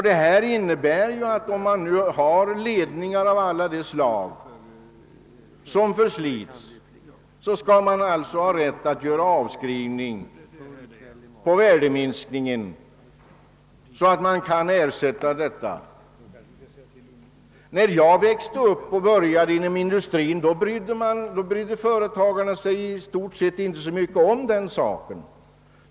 Detta innebär att om man exempelvis har ledningar av alla de slag som förslits, skall man ha rätt att göra avskrivningar för värdeminskningen för att kunna ersätta det förslitna materialet. När jag växte upp och började arbeta inom industrin brydde sig företagarna i stort sett inte om den saken.